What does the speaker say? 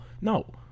No